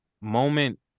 Moment